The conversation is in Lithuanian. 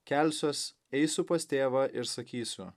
kelsiuos eisiu pas tėvą ir sakysiu